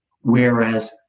Whereas